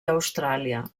austràlia